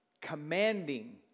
Commanding